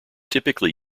typically